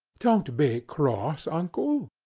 don't be cross, uncle!